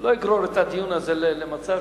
לא יגרור את הדיון הזה למצב